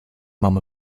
mum